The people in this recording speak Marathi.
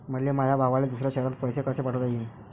मले माया भावाले दुसऱ्या शयरात पैसे कसे पाठवता येईन?